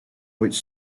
which